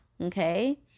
okay